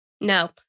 No